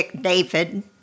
David